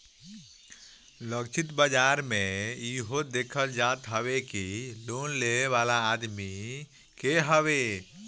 लक्षित बाजार में इहो देखल जात हवे कि लोन लेवे वाला आदमी के हवे